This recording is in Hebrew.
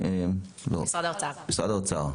משרד האוצר.